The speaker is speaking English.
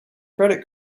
credit